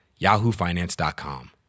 yahoofinance.com